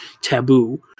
taboo